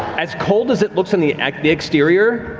as cold as it looks on the the exterior,